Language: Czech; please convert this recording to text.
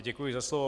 Děkuji za slovo.